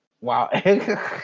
Wow